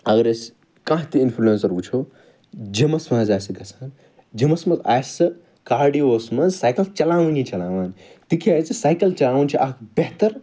اگر أسۍ کانٛہہ تہٕ اِنفٕلنسَر وُچھو جِمَس مَنٛز آسہِ سُہ گَژھان جِمَس مَنٛز آسہِ سُہ کاڈیو وَس مَنٛز سایکَل چَلاوٲنی چَلاوان تِکیٛازِ سایکَل چَلاوُن چھُ اکھ بہتر